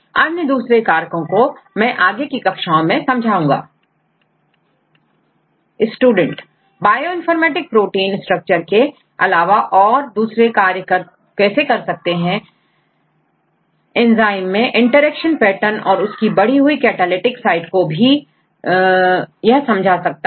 अन्य दूसरे कारकों को मैं आगे की कक्षाओं में समझा लूंगा स्टूडेंट बायोइनफॉर्मेटिक प्रोटीन स्ट्रक्चर के अलावा और दूसरे कार्य कैसे एंजाइम्स में इंटरेक्शन पेटर्न और उसकी बढ़ी हुई कैटालिटिक साइट को भी समझाता है